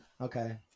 Okay